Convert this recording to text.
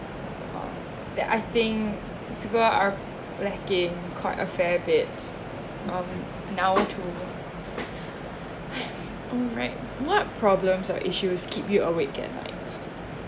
um that I think people are lacking quite a fair bit um now to !hais! um right it's what problems or issues keep you awake at night